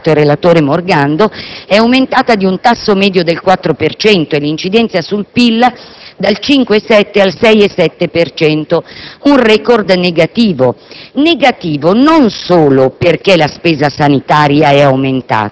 La spesa sanitaria dell'amministrazione pubblica nell'ultimo quinquennio, lo ha ricordato il relatore Morgando, è aumentata di un tasso medio del 4 per cento e l'incidenza sul PIL è passata dal 5,7 al 6,7 per cento; un *record* negativo,